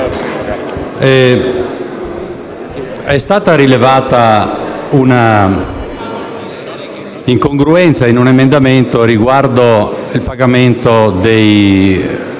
è stata rilevata una incongruenza in un emendamento riguardo il pagamento degli